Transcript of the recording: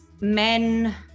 men